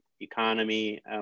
economy